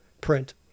print